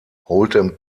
hold’em